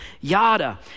Yada